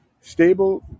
Stable